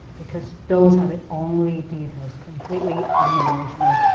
because those are the only details, completely unemotional,